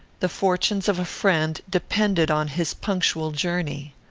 the fortunes of a friend depended on his punctual journey.